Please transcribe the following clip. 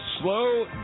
Slow